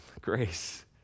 Grace